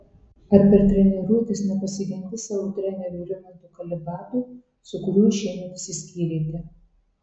ar per treniruotes nepasigendi savo trenerio rimanto kalibato su kuriuo šiemet išsiskyrėte